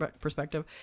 perspective